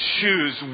choose